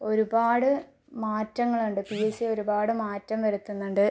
ഒരുപാട് മാറ്റങ്ങൾ ഉണ്ട് പി എസ് സി ഒരുപാട് മാറ്റം വരുത്തുന്നുണ്ട്